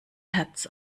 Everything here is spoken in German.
herz